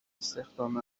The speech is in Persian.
استخدام